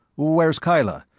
where's kyla?